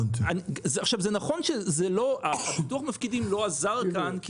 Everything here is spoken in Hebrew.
נכון שביטוח המפקידים לא עזר כאן,